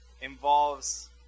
involves